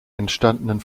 entstandenen